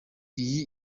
iyi